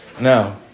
now